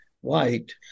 white